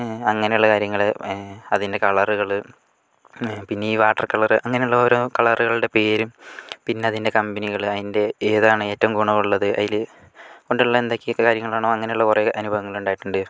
അങ്ങനെ ഉള്ള കാര്യങ്ങൾ അതിൻ്റെ കളറുകൾ പിന്നെ ഈ വാട്ടർ കളർ അങ്ങനെ ഉള്ള ഓരോ കളറുകളുടെ പേരും പിന്നെ അതിൻ്റെ കമ്പനികൾ അതിൻ്റെ ഏതാണ് ഏറ്റവും ഗുണം ഉള്ളത് അതിനെ കൊണ്ടുള്ള എന്തൊക്കെ കാര്യങ്ങൾ ആണോ അങ്ങനെയുള്ള കുറെ അനുഭവങ്ങൾ ഉണ്ടായിട്ടുണ്ട്